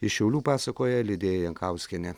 iš šiaulių pasakoja lidija jankauskienė